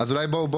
אז אולי בואו,